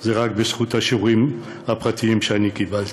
זה רק בזכות השיעורים הפרטיים שאני קיבלתי.